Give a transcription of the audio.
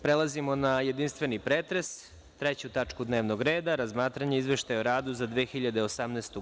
Prelazimo na jedinstveni pretres 3. tačke dnevnog reda – RAZMATRANjE IZVEŠTAJA O RADU ZA 2018.